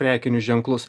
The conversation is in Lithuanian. prekinius ženklus